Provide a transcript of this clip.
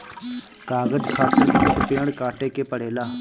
कागज खातिर बहुत पेड़ काटे के पड़ेला